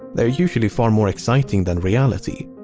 they're usually far more exciting than reality.